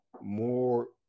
more